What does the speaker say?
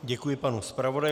Děkuji panu zpravodajovi.